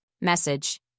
Message